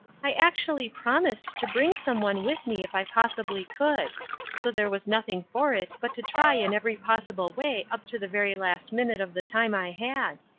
i actually promised to bring some one with me if i possibly could so there was nothing for it but to try in every possible way up to the very last minute of the time i had.